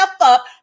up